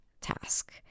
task